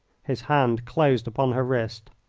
his hand closed upon her wrist.